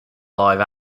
live